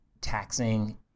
taxing